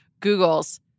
Googles